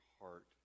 heart